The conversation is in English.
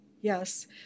yes